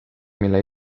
mille